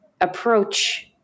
approach